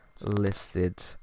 listed